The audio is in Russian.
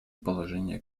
положения